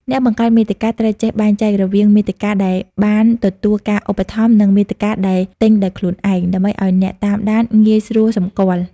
អ្នកបង្កើតមាតិកាត្រូវចេះបែងចែករវាង "មាតិកាដែលបានទទួលការឧបត្ថម្ភ" និង "មាតិកាដែលទិញដោយខ្លួនឯង" ដើម្បីឱ្យអ្នកតាមដានងាយស្រួលសម្គាល់។